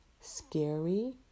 scary